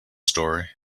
story